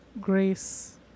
grace